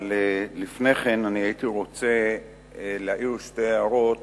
אבל לפני כן הייתי רוצה להעיר שתי הערות